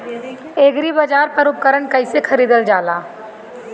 एग्रीबाजार पर उपकरण कइसे खरीदल जाला?